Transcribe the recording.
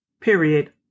Period